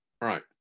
right